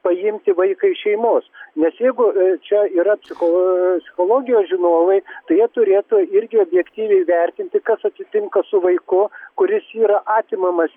paimti vaiką iš šeimos nes jeigu čia yra psicholg psichologijos žinovai tai jie turėtų irgi objektyviai vertinti kas atsitinka su vaiku kuris yra atimamas